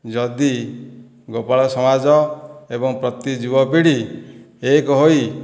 ଯଦି ଗୋପାଳ ସମାଜ ଏବଂ ପ୍ରତି ଯୁବ ପିଢୀ ଏକ ହୋଇ